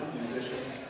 musicians